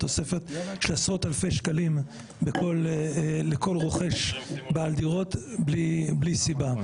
תוספת של עשרות אלפי שקלים לכל רוכש דירות בלי סיבה.